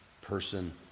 person